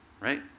Right